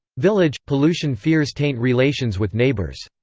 village, pollution fears taint relations with neighbors.